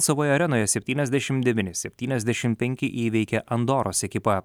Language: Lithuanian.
savoje arenoje septyniasdešimt devyni septynaisdešimt penki įveikė andoros ekipą